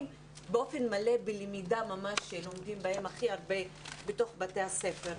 באופן מלא בלמידה ממש כאשר לומדים הכי הרבה בתוך בתי הספר.